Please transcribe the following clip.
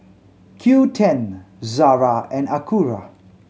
Qoo ten Zara and Acura